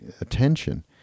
attention